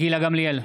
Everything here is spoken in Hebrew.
גילה גמליאל,